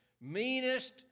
meanest